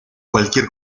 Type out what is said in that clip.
cualquier